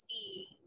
see